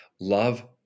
Love